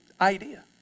idea